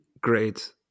great